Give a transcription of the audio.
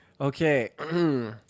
Okay